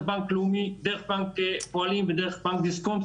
דרך בנק הפועלים ודרך בנק דיסקונט,